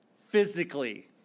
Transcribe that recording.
physically